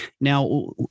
Now